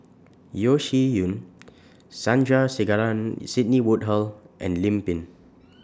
Yeo Shih Yun Sandrasegaran Sidney Woodhull and Lim Pin